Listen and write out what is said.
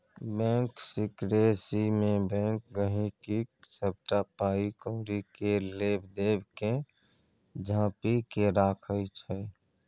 bank सिकरेसीमे bank गांहिकीक सबटा पाइ कौड़ी केर लेब देब केँ झांपि केँ राखय छै